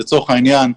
לצורך העניין,